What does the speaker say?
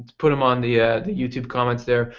put them on the ah youtube comments there.